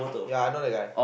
ya I know the guy